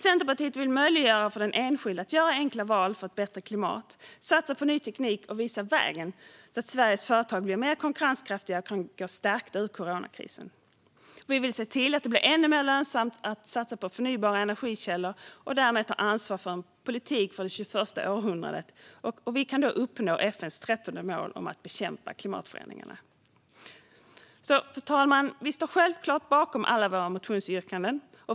Centerpartiet vill möjliggöra för den enskilde att göra enkla val för ett bättre klimat, satsa på ny teknik och visa vägen så att Sveriges företag blir mer konkurrenskraftiga och kan gå stärkta ur coronakrisen. Vi vill se till att det blir ännu lönsammare att satsa på förnybara energikällor och därmed ta ansvar för en politik för det 21:a århundradet. Vi kan då uppnå FN:s 13:e mål om att bekämpa klimatförändringarna. Fru talman! Vi står självklart bakom alla våra motionsyrkanden.